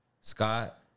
Scott